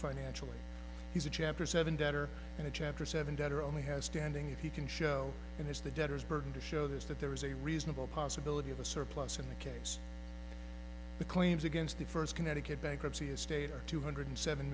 financially he's a chapter seven debtor in a chapter seven debtor only has standing if he can show in his the debtors burden to show this that there is a reasonable possibility of a surplus in the case the claims against the first connecticut bankruptcy estate are two hundred seven